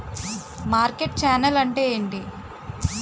Market channel అంటే ఏంటి?